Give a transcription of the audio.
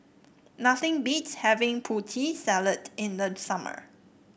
nothing beats having Putri Salad in the summer